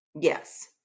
yes